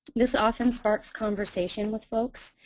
this often sparks conversation with folks.